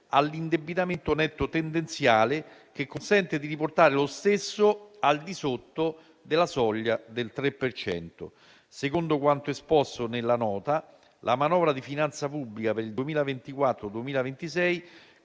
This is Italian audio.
all'indebitamento netto tendenziale, che consente di riportare lo stesso al di sotto della soglia del 3 per cento. Secondo quanto esposto nella Nota, la manovra di finanza pubblica per il 2024-2026